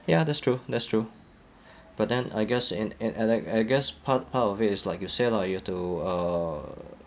ya that's true that's true but then I guess in and and like I guess part part of it is like you say lah you have to uh